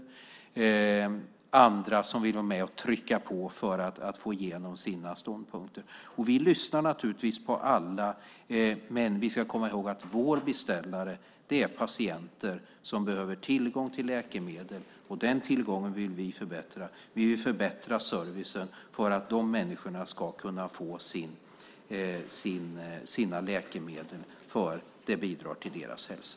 Det finns andra som vill vara med och trycka på för att få igenom sina ståndpunkter. Vi lyssnar naturligtvis på alla, men vi ska komma ihåg att våra beställare är patienter som behöver tillgång till läkemedel. Den tillgången vill vi förbättra. Vi vill förbättra servicen för att de människorna ska kunna få sina läkemedel, för det bidrar till deras hälsa.